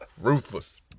ruthless